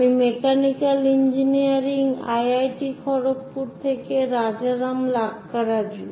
আমি mechanical engineering IIT Kharagpur থেকে রাজারাম লাক্কারাজু